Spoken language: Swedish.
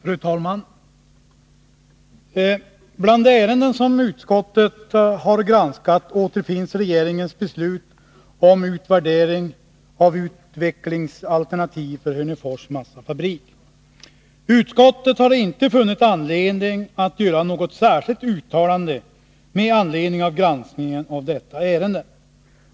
Fru talman! Bland de ärenden som utskottet har granskat återfinns regeringens beslut om utvärdering av utvecklingsalternativ för Hörnefors massafabrik. Utskottet har inte funnit anledning att göra något särskilt uttalande med anledning av granskningen av detta ärende.